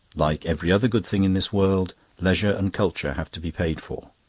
like every other good thing in this world, leisure and culture have to be paid for.